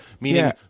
meaning